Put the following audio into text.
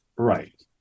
Right